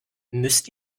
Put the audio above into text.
müsst